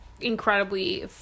incredibly